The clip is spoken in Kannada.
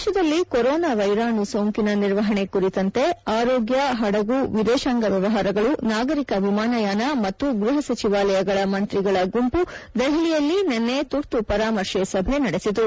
ದೇಶದಲ್ಲಿ ಕೊರೋನಾ ವೈರಾಣು ಸೋಂಕಿನ ನಿರ್ವಹಣೆ ಕುರಿತಂತೆ ಆರೋಗ್ಯ ಹಡಗು ವಿದೇಶಾಂಗ ವ್ಯವಹಾರಗಳು ನಾಗರಿಕ ವಿಮಾನಯಾನ ಮತ್ತು ಗ್ಬಹ ಸಚಿವಾಲಯಗಳ ಮಂತ್ರಿಗಳ ಗುಂಪು ದೆಹಲಿಯಲ್ಲಿ ನಿನ್ನೆ ತುರ್ತು ಪರಾಮರ್ಶೆ ಸಭೆ ನಡೆಸಿತು